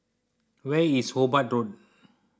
where is Hobart Road